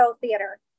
theater